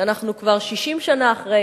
כשאנחנו כבר 60 שנה אחרי